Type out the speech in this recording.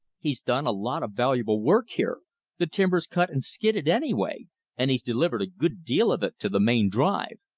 he's done a lot of valuable work here the timber's cut and skidded, anyway and he's delivered a good deal of it to the main drive.